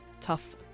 tough